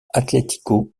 atlético